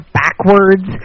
backwards